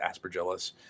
aspergillus